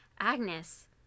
Agnes